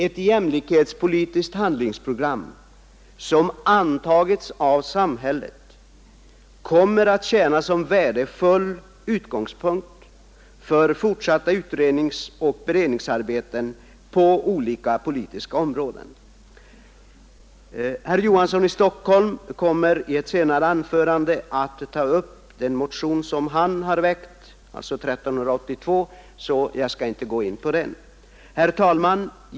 Ett jämlikhetspolitiskt handlingsprogram som antagits av samhället kommer att tjäna som värdefull utgångspunkt för fortsatta utredningsoch beredningsarbeten på olika politiska områden. Herr Olof Johansson i Stockholm kommer i ett senare anförande att ta upp den motion som han har väckt, nr 1382, och jag skall därför inte gå in på den. Herr talman!